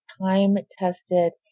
time-tested